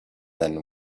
than